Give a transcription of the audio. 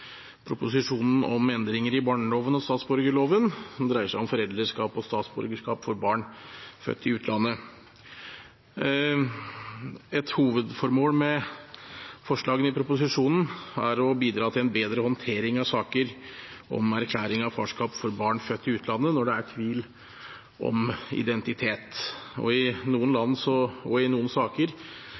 proposisjonen om endringer i barneloven og statsborgerloven, som dreier seg om foreldreskap og statsborgerskap for barn født i utlandet. Et hovedformål med forslagene i proposisjonen er å bidra til en bedre håndtering av saker om erklæring av farskap for barn født i utlandet når det er tvil om identitet. I noen land og i noen saker